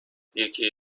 یکی